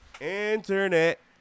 Internet